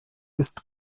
ist